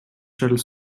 shuttle